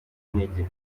intege